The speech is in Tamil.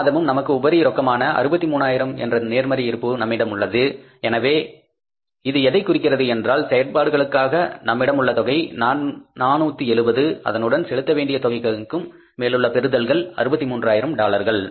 இந்த மாதமும் நமக்கு உபரி ரொக்கமான 63 ஆயிரம் என்ற நேர்மறை இருப்பு நம்மிடம் உள்ளது எனவே இது எதைக் குறிக்கிறது என்றால் செயல்பாடுகளுக்காக நம்மிடமுள்ள தொகை 470 அதனுடன் செலுத்த வேண்டிய தொகைகளுக்கும் மேலுள்ள பெறுதல் 63 ஆயிரம் டாலர்கள்